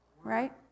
Right